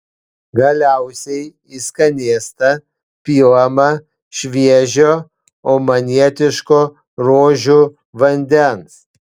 galiausiai į skanėstą pilama šviežio omanietiško rožių vandens